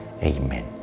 Amen